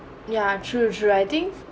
ya true true I think